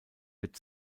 wird